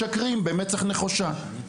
משקרים במצח נחושה.